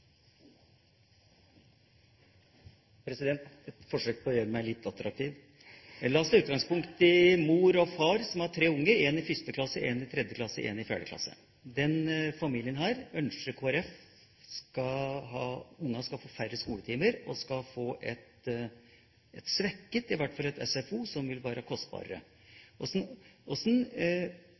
et forsøk på å gjøre meg litt attraktiv! La oss ta utgangspunkt i en familie med mor og far og tre barn, én i 1. klasse, én i 3. klasse og én i 4. klasse. Når det gjelder denne familien, ønsker Kristelig Folkeparti at barna skal få færre skoletimer, og de skal få et svekket SFO – i hvert fall et SFO som vil være